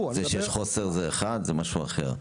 זה שיש חוסר אחד זה משהו אחר.